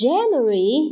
January